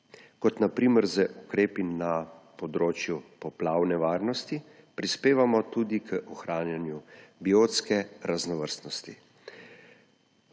kot na primer z ukrepi na področju poplavne varnosti prispevamo tudi k ohranjanju biotske raznovrstnosti,